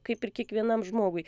kaip ir kiekvienam žmogui